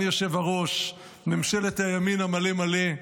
ממשלת הימין המלא-מלא,